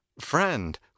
Friend